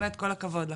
באמת כל הכבוד לך,